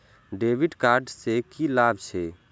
डेविट कार्ड से की लाभ छै?